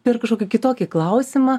per kažkokį kitokį klausimą